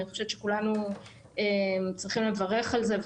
אני חושבת שכולנו צריכים לברך על זה,